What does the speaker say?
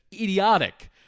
idiotic